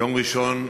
יום ראשון,